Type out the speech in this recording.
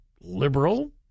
liberal